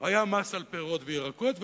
היה מס על פירות וירקות,